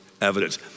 evidence